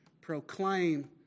proclaim